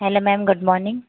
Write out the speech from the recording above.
hello ma'am good morning